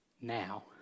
now